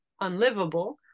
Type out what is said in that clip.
unlivable